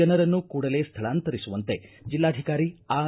ಜನರನ್ನು ಕೂಡಲೇ ಸ್ವಳಾಂತರಿಸುವಂತೆ ಜಿಲ್ಲಾಧಿಕಾರಿ ಆರ್